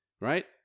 right